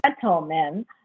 gentlemen